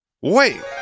Wait